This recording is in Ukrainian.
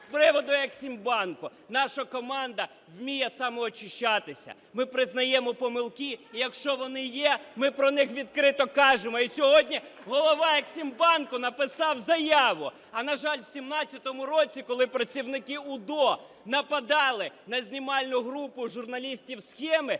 з приводу Ексімбанку. Наша команда вміє самоочищатися. Ми признаємо помилки, і якщо вони є, ми про них відкрито кажемо. І сьогодні голова Ексімбанку написав заяву. А, на жаль, в 2017 році, коли працівники УДО нападали на знімальну групу журналістів "Схеми",